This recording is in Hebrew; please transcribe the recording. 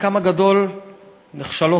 חלקן הגדול נכשלות,